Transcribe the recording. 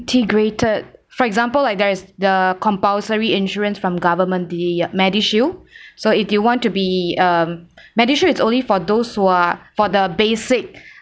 integrated for example like there is the compulsory insurance from government the MediShield so if you want to be um MediShield is only for those who are for the basic